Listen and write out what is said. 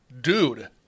dude